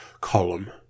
column